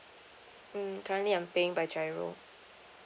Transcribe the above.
mm currently I'm paying by giro